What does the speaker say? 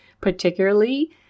particularly